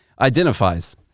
identifies